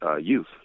youth